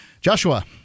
Joshua